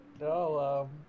no